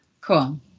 Cool